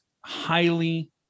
highly